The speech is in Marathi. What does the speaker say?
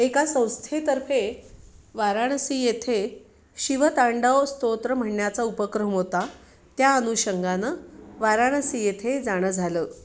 एका संस्थेतर्फे वाराणसी येथे शिवतांडव स्तोत्र म्हणण्याचा उपक्रम होता त्या अनुषंगानं वाराणसी येथे जाणं झालं